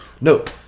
Nope